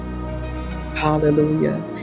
Hallelujah